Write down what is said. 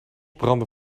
brandde